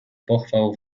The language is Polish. pochwał